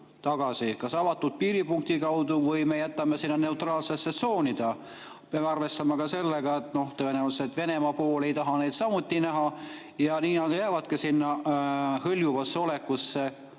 kas avatud piiripunkti kaudu või me jätame nad sinna neutraalsesse tsooni? Me peame arvestama ka sellega, et tõenäoliselt Venemaa pool ei taha neid samuti näha ja nii nad jäävadki sinna hõljuvasse olekusse.